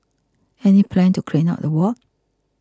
any plan to clean up the ward